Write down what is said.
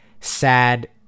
sad